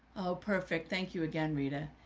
oh, perfect. thank you again, rita.